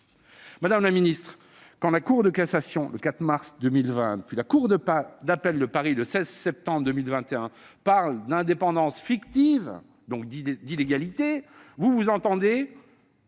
Madame la ministre, quand la Cour de cassation, le 4 mars 2020, puis la cour d'appel de Paris, le 16 septembre 2021, parlent d'indépendance fictive, donc d'illégalité, vous y voyez